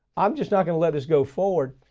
i'm just not gonna let this go forward,